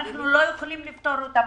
אנחנו לא יכולים לפטור אותך.